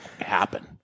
happen